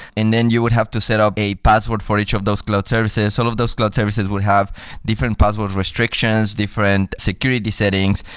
and then you would have to set up a password for each of those cloud services. all sort of those cloud services would have different password restrictions, different security settings.